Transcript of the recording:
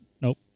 Nope